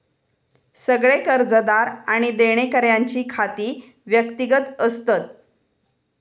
सगळे कर्जदार आणि देणेकऱ्यांची खाती व्यक्तिगत असतत